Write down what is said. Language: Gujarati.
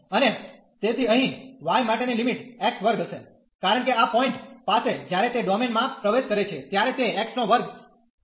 અને તેથી અહીં y માટેની લિમિટ x2 હશે કારણ કે આ પોઈન્ટ પાસે જ્યારે તે ડોમેન માં પ્રવેશ કરે છે ત્યારે તે x2 છે